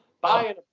buying